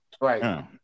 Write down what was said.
Right